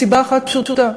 מסיבה אחת פשוטה: